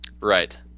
Right